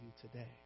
today